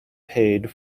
paid